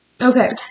Okay